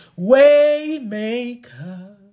Waymaker